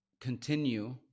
continue